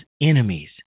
enemies